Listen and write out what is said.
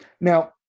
Now